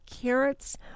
carrots